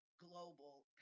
global